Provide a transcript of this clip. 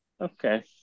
Okay